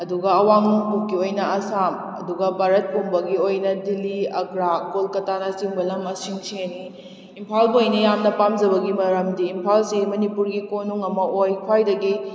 ꯑꯗꯨꯒ ꯑꯌꯥꯡ ꯅꯣꯡꯄꯣꯛꯀꯤ ꯑꯣꯏꯅ ꯑꯁꯥꯝ ꯑꯗꯨꯒ ꯚꯥꯔꯠ ꯄꯨꯝꯕꯒꯤ ꯑꯣꯏꯅ ꯗꯤꯜꯂꯤ ꯑꯒ꯭ꯔꯥ ꯀꯣꯜꯀꯥꯇꯥꯅ ꯆꯤꯡꯕ ꯂꯝ ꯑꯁꯤꯡ ꯁꯤꯅꯤ ꯏꯝꯐꯥꯜꯒꯤ ꯑꯣꯏꯅ ꯌꯥꯝꯅ ꯄꯥꯝꯖꯕꯒꯤ ꯃꯔꯝꯗꯤ ꯏꯝꯐꯥꯜꯁꯦ ꯃꯅꯤꯄꯨꯔꯒꯤ ꯀꯣꯅꯨꯡ ꯑꯃ ꯑꯣꯏ ꯈ꯭ꯋꯥꯏꯗꯒꯤ